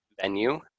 venue